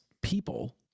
people